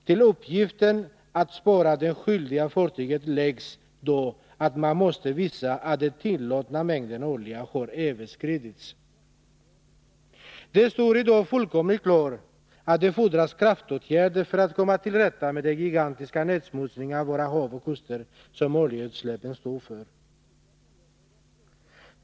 Till uppgiften att spåra det skyldiga fartyget läggs då att man måste visa att den tillåtna mängden olja har överskridits. Det står i dag fullkomligt klart att det fordras kraftåtgärder för att komma till rätta med den gigantiska nedsmutsning av våra hav och kuster som oljeutsläppen står för.